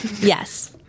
Yes